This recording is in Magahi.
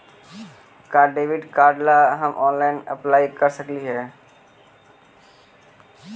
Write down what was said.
का डेबिट कार्ड ला हम ऑनलाइन अप्लाई कर सकली हे?